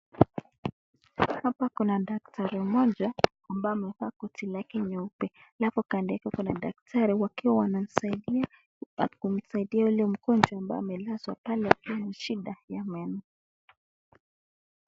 Hapa kuna daktari mmoja ambaye amevaa koti lake nyeupe, alafu kando yake kuna daktari wakiwa wanamsaidia, kumsaidia yule mgonjwa amabye amelazwa pale akiwa na shida ya meno.